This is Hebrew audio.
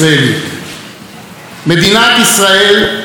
מדינת ישראל ממשיכה לעשות דרכה,